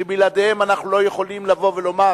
שבלעדיהם אנחנו לא יכולים לבוא ולומר